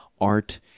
art